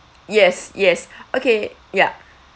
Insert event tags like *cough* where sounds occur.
yes yes *breath* okay ya